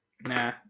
Nah